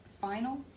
final